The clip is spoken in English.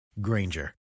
Granger